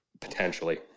Potentially